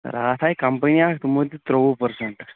راتھ آیہِ کَمپنی اکھ یِمو دِیُت ترٛووُہ پرٛسنٛٹ